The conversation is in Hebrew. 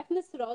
איך נשרוד?